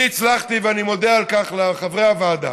אני הצלחתי, ואני מודה על כך לחברי הוועדה,